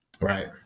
Right